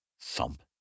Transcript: Thump